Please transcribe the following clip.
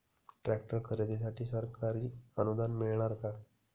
Tractor खरेदीसाठी सरकारी अनुदान मिळणार का?